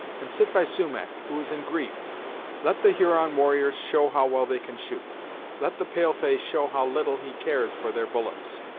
and sit by sumach, who is in grief let the huron warriors show how well they can shoot let the pale-face show how little he cares for their bullets.